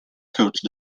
coached